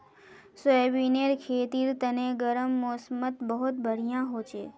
सोयाबीनेर खेतीर तने गर्म मौसमत बहुत बढ़िया हछेक